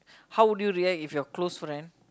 how would you react if your close friend